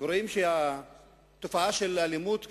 רואים שהתופעה של אלימות,